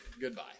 Goodbye